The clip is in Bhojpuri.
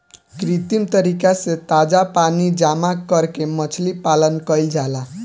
कृत्रिम तरीका से ताजा पानी जामा करके मछली पालन कईल जाला